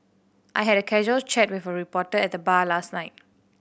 I had a casual chat with a reporter at the bar last night